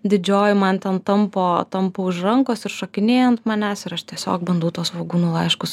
didžioji man ten tampo tampo už rankos ir šokinėja ant manęs ir aš tiesiog bandau tuos svogūnų laiškus